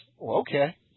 Okay